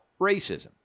racism